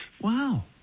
Wow